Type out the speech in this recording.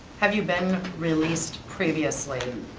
have you been released previously?